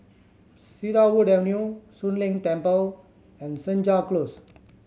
Cedarwood Avenue Soon Leng Temple and Senja Close